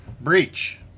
breach